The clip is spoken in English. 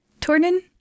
Tornin